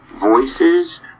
voices